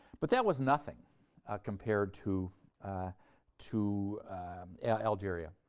but that was nothing compared to to algeria,